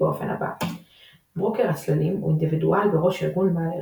באופן הבא "ברוקר הצללים הוא אינדוידואל בראש ארגון בעל